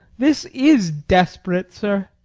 this is desperate, sir.